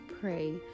pray